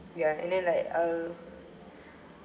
ya and then like err